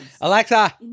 Alexa